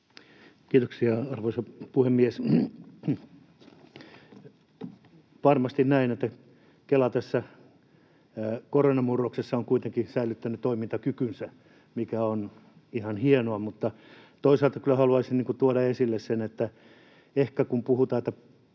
Kiitoksia, arvoisa puhemies! Varmasti on näin, että Kela tässä koronamurroksessa on kuitenkin säilyttänyt toimintakykynsä, mikä on ihan hienoa, mutta toisaalta kyllä haluaisin nostaa esille, kun puhutaan